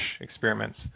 experiments